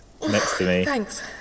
Thanks